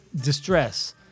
distress